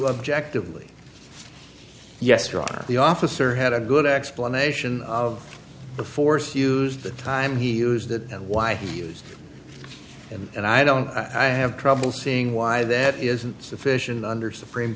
objectively yes ron the officer had a good explanation of the force used the time he used it and why he used and i don't i have trouble seeing why that isn't sufficient under supreme